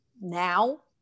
now